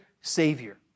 Savior